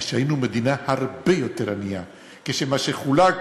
כשהיינו מדינה הרבה יותר ענייה, כשמה שחולק